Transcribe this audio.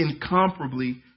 incomparably